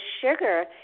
sugar